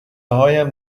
هایم